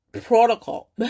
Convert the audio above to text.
protocol